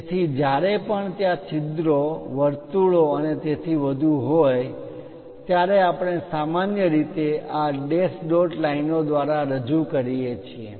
તેથી જ્યારે પણ ત્યાં છિદ્રો વર્તુળો અને તેથી વધુ હોય છે ત્યારે આપણે સામાન્ય રીતે આ ડેશ ડોટ લાઇનો દ્વારા રજૂ કરીએ છીએ